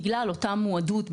בגלל אותה מועדות,